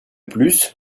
plus